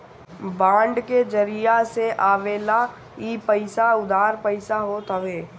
bond के जरिया से आवेवाला इ पईसा उधार पईसा होत हवे